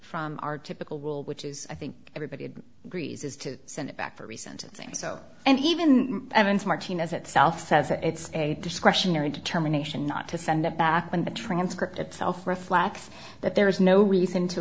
from our typical rule which is i think everybody agrees is to send it back for recent things so and even martinez itself says that it's a discretionary determination not to send it back when the transcript itself reflects that there is no reason to